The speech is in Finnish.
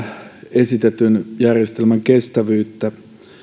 esitetyn järjestelmän kestävyyttä